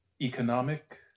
economic